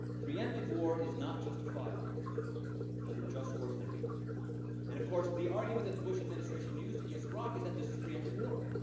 pre-emptive war is not justifiable under just war theory and of course, the argument that the bush administration used against iraq is that this is pre-emptive war.